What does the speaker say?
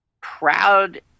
proud